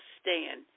stand